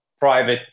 Private